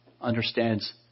understands